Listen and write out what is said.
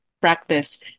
practice